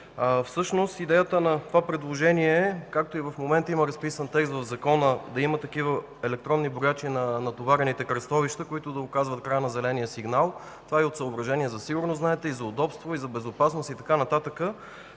Всъщност идеята на това предложение, както и в момента има разписан текст в Закона да има такива електронни броячи на натоварените кръстовища, които да указват края на зеления сигнал – това е и от съображение за сигурност, знаете, за удобство и за безопасност и така нататък